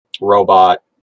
robot